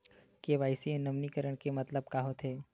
KYC नवीनीकरण के मतलब का होथे?